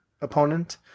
opponent